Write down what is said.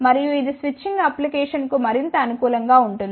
మరియు ఇది switching applications కు మరింత అనుకూలం గా ఉంటుంది